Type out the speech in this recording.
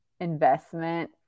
investment